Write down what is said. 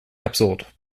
absurd